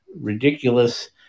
ridiculous